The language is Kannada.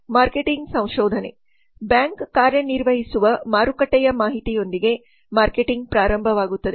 ಮಾರ್ಕೆಟಿಂಗ್ ಸಂಶೋಧನೆ ಬ್ಯಾಂಕ್ ಕಾರ್ಯನಿರ್ವಹಿಸುವ ಮಾರುಕಟ್ಟೆಯ ಮಾಹಿತಿಯೊಂದಿಗೆ ಮಾರ್ಕೆಟಿಂಗ್ ಪ್ರಾರಂಭವಾಗುತ್ತದೆ